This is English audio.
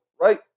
Right